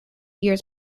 years